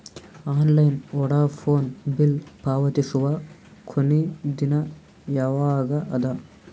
Online Vodafone bill ಪಾವತಿಸುವ ಕೊನಿ ದಿನ ಯವಾಗ ಅದ?